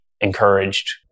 encouraged